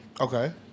Okay